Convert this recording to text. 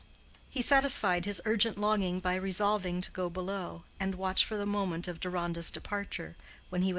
he satisfied his urgent longing by resolving to go below, and watch for the moment of deronda's departure,